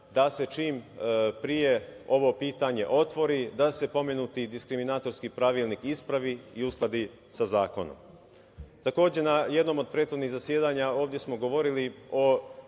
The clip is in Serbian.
da se čim pre ovo pitanje otvori, da se pomenuti diskriminatorski pravilnik ispravi i uskladi sa zakonom. Takođe, na jednom od prethodnih zasedanja ovde smo govorili o